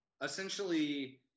Essentially